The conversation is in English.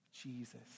Jesus